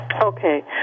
okay